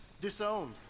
disowned